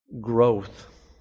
growth